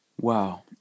Wow